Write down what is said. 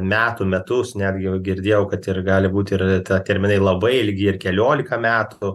metų metus netgi jau girdėjau kad ir gali būt ir ta terminai labai ilgi keliolika metų